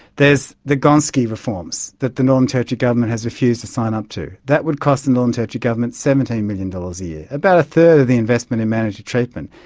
there's the gonski reforms that the northern territory government has refused to sign up to. that would cost and the northern and territory government seventeen million dollars a year, about a third of the investment in mandatory treatment.